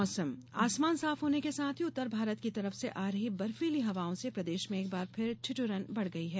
मौसम आसमान साफ होने के साथ ही उत्तर भारत की तरफ से आ रही बर्फीली हवाओं से प्रदेश में एक बार फिर ठिठुरन बढ़ गई है